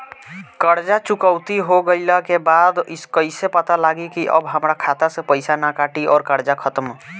कर्जा चुकौती हो गइला के बाद कइसे पता लागी की अब हमरा खाता से पईसा ना कटी और कर्जा खत्म?